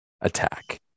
attack